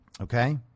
Okay